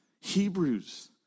Hebrews